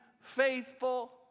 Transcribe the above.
faithful